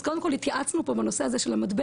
אז קודם כל התייעצנו פה בנושא הזה של המטבע,